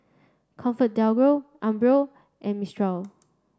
comfort Delgro Umbro and Mistral